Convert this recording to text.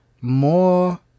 more-